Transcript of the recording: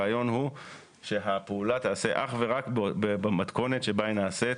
הרעיון הוא שהפעולה תעשה אך ורק במתכונת שבה היא נעשית